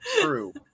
true